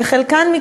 וחלקם,